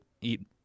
eat